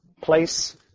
Place